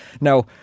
Now